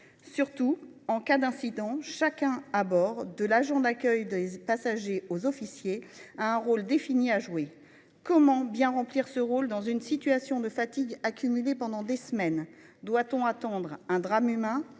Surtout, en cas d'incident, chacun à bord, de l'agent d'accueil des passagers aux officiers, a un rôle défini à jouer. Comment bien remplir ce rôle alors que l'on a accumulé la fatigue durant des semaines ? Doit-on attendre un drame humain